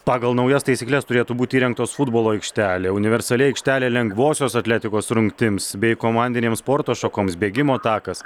pagal naujas taisykles turėtų būti įrengtos futbolo aikštelė universali aikštelė lengvosios atletikos rungtims bei komandinėms sporto šakoms bėgimo takas